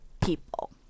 people